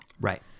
Right